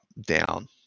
down